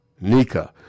Nika